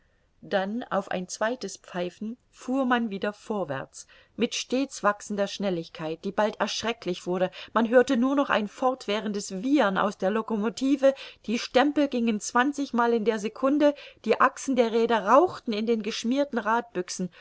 dann auf ein zweites pfeifen fuhr man wieder vorwärts mit stets wachsender schnelligkeit die bald erschrecklich wurde man hörte nur noch ein fortwährendes wiehern aus der locomotive die stempel gingen zwanzigmal in der secunde die achsen der räder rauchten in den geschmierten